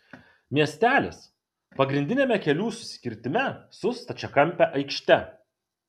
miestelis pagrindiniame kelių susikirtime su stačiakampe aikšte